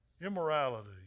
Immorality